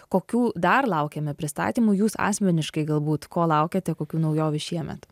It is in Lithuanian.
kokių dar laukiame pristatymų jūs asmeniškai galbūt ko laukiate kokių naujovių šiemet